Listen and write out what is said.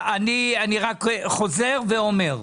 אני רק חוזר ואומר,